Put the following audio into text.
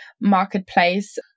marketplace